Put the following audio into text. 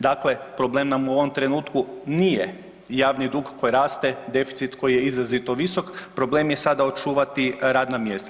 Dakle, problem nam u ovom trenutku nije javni dug koji raste, deficit koji je izrazito visok problem je sada očuvati radna mjesta.